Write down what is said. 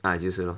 ah 就是 lor